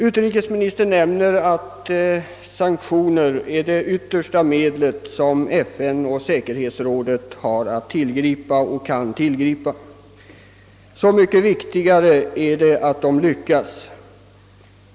Utrikesministern nämner att sanktioner är det yttersta medel som FN och säkerhetsrådet kan tillgripa. Så mycket viktigare är det att sådana sanktioner ger resultat.